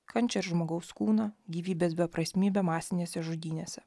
kančią ir žmogaus kūną gyvybės beprasmybę masinėse žudynėse